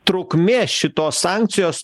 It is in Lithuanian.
trukmė šitos sankcijos